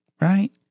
right